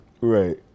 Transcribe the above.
Right